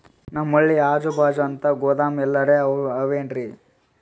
ನಮ್ ಹಳ್ಳಿ ಅಜುಬಾಜು ಅಂತ ಗೋದಾಮ ಎಲ್ಲರೆ ಅವೇನ್ರಿ?